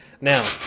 Now